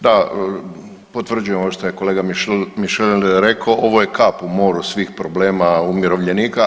Da, potvrđujem ovo što je kolega Mišel rekao ovo je kap u moru svih problema umirovljenika.